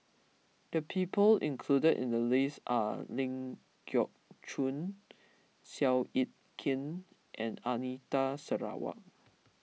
the people included in the list are Ling Geok Choon Seow Yit Kin and Anita Sarawak